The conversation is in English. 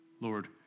Lord